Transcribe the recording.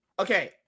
Okay